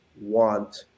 want